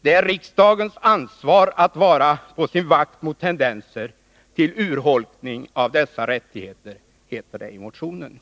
Det är riksdagens ansvar att vara på sin vakt mot tendenser till urholkning av dessa rättigheter, heter det i motionen.